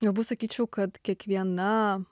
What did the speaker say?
galbūt sakyčiau kad kiekviena